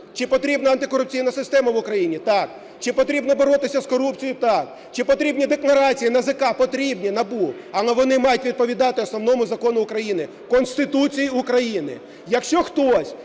Чи потрібна антикорупційна система в Україні? Так. Чи потрібно боротися з корупцією? Так. Чи потрібні декларації НАЗК? Потрібні, НАБУ. Але вони мають відповідати Основному Закону України – Конституції України. Якщо хтось,